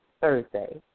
Thursday